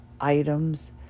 items